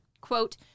Quote